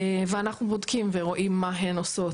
ואנחנו בודקים ורואים מה הן עושות.